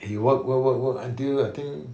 he work work work work until I think